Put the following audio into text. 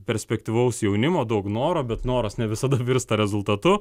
perspektyvaus jaunimo daug noro bet noras ne visada virsta rezultatu